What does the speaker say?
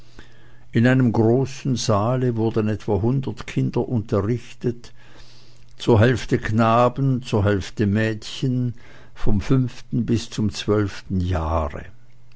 in einem großen saale wurden etwa hundert kinder unterrichtet zur hälfte knaben zur hälfte mädchen vom fünften bis zum zwölften jahre